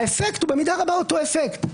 האפקט הוא אותו אפקט.